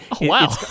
Wow